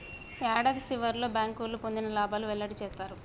యాడాది సివర్లో బ్యాంకోళ్లు పొందిన లాబాలు వెల్లడి సేత్తారు